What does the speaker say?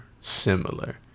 similar